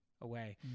away